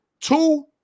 two